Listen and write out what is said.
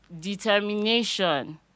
determination